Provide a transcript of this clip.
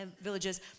villages